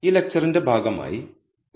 ഈ ലെക്ച്ചറിന്റെ ഭാഗമായി ഒരു